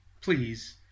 Please